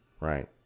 right